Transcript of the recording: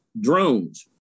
drones